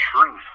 truth